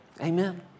Amen